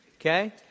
Okay